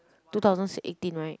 two thousand six eighteen right